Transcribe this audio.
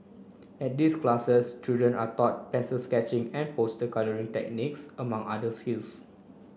at these classes children are taught pencil sketching and poster colouring techniques among other skills